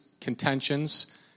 contentions